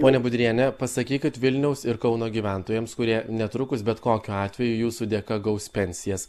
ponia budriene pasakykit vilniaus ir kauno gyventojams kurie netrukus bet kokiu atveju jūsų dėka gaus pensijas